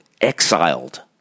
exiled